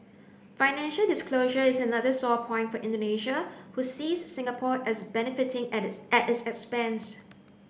financial disclosure is another sore point for Indonesia who sees Singapore as benefiting at this at its expense